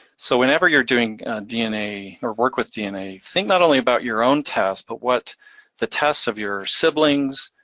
so whenever you're doing dna, or work with dna, think not only about your own test, but what the tests of your siblings,